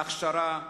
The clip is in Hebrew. ההכשרה,